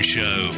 Show